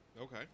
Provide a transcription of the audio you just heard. Okay